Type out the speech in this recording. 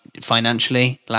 financially